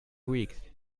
week